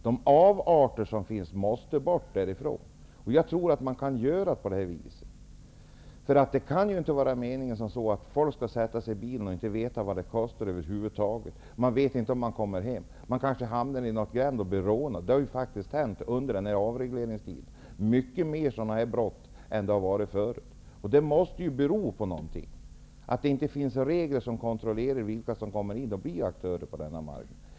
De avarter som finns inom taxibranschen måste bort. Jag tror att det går att göra så. Det är inte meningen att folk skall sätta sig i bilen och sedan inte veta vad det kommer att kosta. De vet inte om de kommer hem. De kanske hamnar i en gränd och blir rånade. Det har faktiskt hänt under denna tid av avreglering, och det har varit fler brott än tidigare. Det här måste ju bero på att det inte finns regler som kontrollerar vilka som blir aktörer på denna marknad.